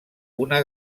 una